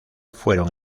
fueron